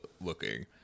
looking